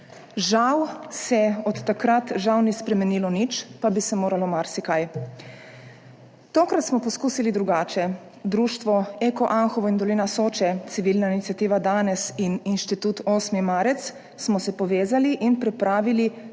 Žal se od takrat, žal, ni spremenilo nič, pa bi se moralo marsikaj. Tokrat smo poskusili drugače. Društvo EKO Anhovo in Dolina Soče, civilna iniciativa Danes in Inštitut 8. marec smo se povezali in pripravili